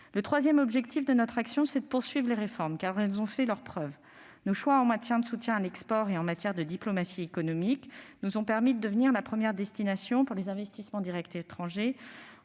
Le troisième objectif de notre action, c'est de poursuivre les réformes, car elles ont fait leurs preuves. Nos choix en matière de soutien à l'export et de diplomatie économique nous ont permis de devenir la première destination pour les investissements directs étrangers